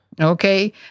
Okay